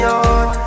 on